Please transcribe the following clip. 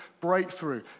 breakthrough